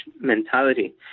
mentality